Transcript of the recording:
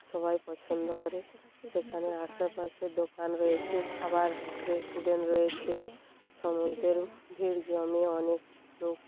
সবাই পছন্দ করে সেখানে আশেপাশে দোকান রয়েছে খাবার রেস্টুরেন্ট রয়েছে সমুদ্রের ভিড় জমে অনেক লোক